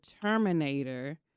Terminator